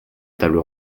table